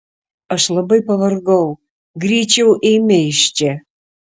aš labai pavargau greičiau eime iš čia